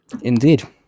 Indeed